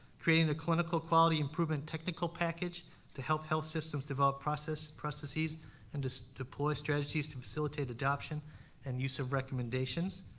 creating the clinical quality improvement technical package to help health systems develop processes processes and deploy strategies to facilitate adoption and use of recommendations,